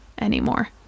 anymore